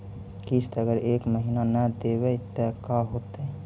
किस्त अगर एक महीना न देबै त का होतै?